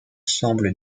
semble